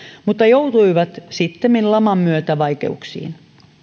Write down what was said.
mutta joutuivat sittemmin laman myötä vai keuksiin